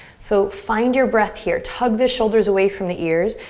so find your breath here. tug the shoulders away from the ears.